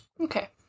Okay